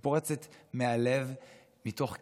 היא פורצת מהלב מתוך כאב,